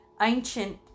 ancient